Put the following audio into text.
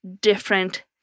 different